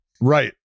Right